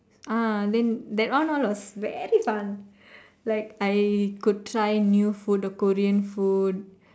ah then that one all was very fun like I could try new food the Korean food